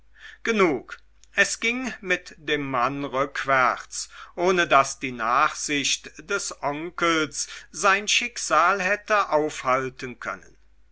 genug es ging mit dem mann rückwärts ohne daß die nachsicht des onkels sein schicksal hätte aufhalten können